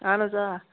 اَہَن حظ آ